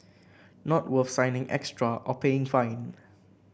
not worth signing extra or paying fine